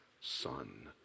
son